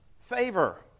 favor